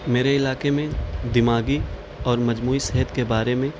میرے علاقے میں دماغی اور مجموعی صحت کے بارے میں